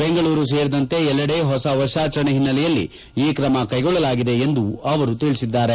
ಬೆಂಗಳೂರು ಸೇರಿದಂತೆ ಎಲ್ಲೆದೆ ಹೊಸ ವರ್ಷಾಚರಣೆ ಹಿನ್ನೆಲೆಯಲ್ಲಿ ಈ ಕ್ರಮ ಕ್ಸೆಗೊಳ್ಳಲಾಗಿದೆ ಎಂದು ಅವರು ಹೇಳಿದ್ದಾರೆ